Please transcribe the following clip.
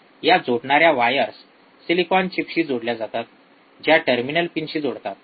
ह्या जोडणाऱ्या wires silicon चिपशी जोडल्या जातात ज्या टर्मिनल पिनशी जोडतात